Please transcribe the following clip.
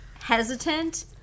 hesitant